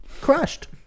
Crushed